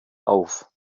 auf